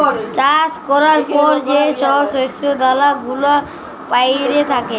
চাষ ক্যরার পর যে ছব শস্য দালা গুলা প্যইড়ে থ্যাকে